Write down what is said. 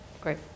Great